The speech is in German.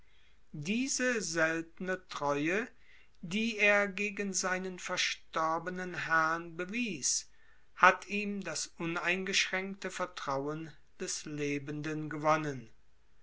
diese seltene treue die er gegen seinen verstorbenen herrn bewies hat ihm das uneingeschränkte vertrauen des lebenden gewonnen